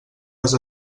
les